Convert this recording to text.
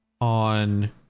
on